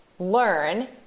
learn